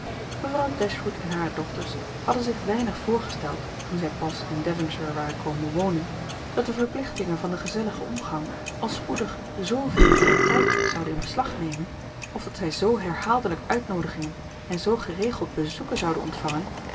mevrouw dashwood en hare dochters hadden zich weinig voorgesteld toen zij pas in devonshire waren komen wonen dat de verplichtingen van den gezelligen omgang al spoedig zooveel van hun tijd zouden in beslag nemen of dat zij zoo herhaaldelijk uitnoodigingen en zoo geregeld bezoeken zouden ontvangen